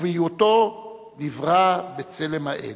ובהיותו נברא בצלם האל.